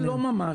זה לא ממש.